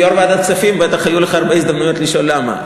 כיושב-ראש ועדת הכספים בטח היו לך הרבה הזדמנויות לשאול למה.